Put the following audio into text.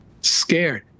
scared